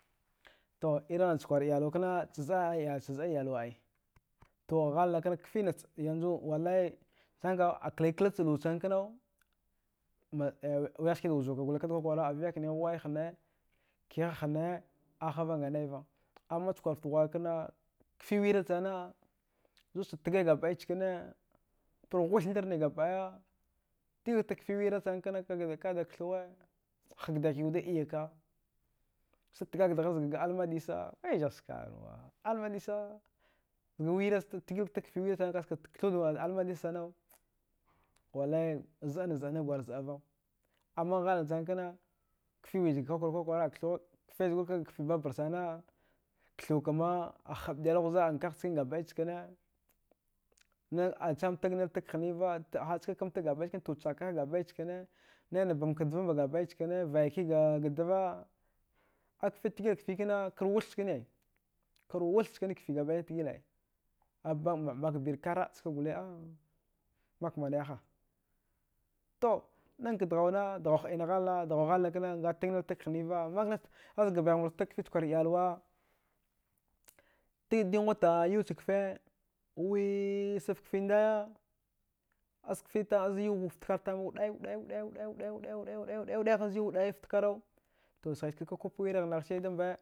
To irighnachakwar iyalwakna chazaiyal chazzɗa iyalwa ai to ghalna kna kfinach yanzu wallai chachamka akwai klachlwa sana knau wiyah skadawuzuka gole kda kwakwara aviyakni waihne kiha hne ahava nganaiva amma chakwar fta ghwa. a kana kfi wira sana zudcha tgai gabɗai chkane parghwith ndarni gabɗaya tgitaga kfi wira sana kna kadaka daka kthuwa hagdaki wuda kada iya ka sta tgakdgar zga almadiza wizag skarwa almadisa zga wiras tgilka tag kfi wira sana kaska kthud almadisa sanawallai zɗana zɗana gwar zɗava amma ghalna sana kna kfiwida kwarka kwakwara akthugha kfi zgurkagakfi babarsana kthukamaa haɓdilghzaɗan kagh chkane gabɗai chkane nan atchama tagnil tag hniva ha. a skakamta gabɗai chkane tuchakkaha gabɗai chkane nina bamka dvammba gabɗai chkane vayakiga dva akfi tghiwud kfi kna karwuth chkane ai. karwuth chkani kfi gabɗai zan tghil ai makbirkara ska gole makman wiyaha to nghanghaka dghuwna, dghuw huɗina ghalnakana ngattagniltag hinava naghnaghka hazga baighmurchatag kficha kwar iyalwa dinghuta a yauch kfe wiisaf kfindaya askfita azyuaftkar tama wuɗai-wuɗai-wuɗai-wuɗai haz yau wuɗaiyaf fkarauto sighaichakak kupwira ghnaghchi damba